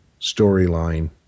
storyline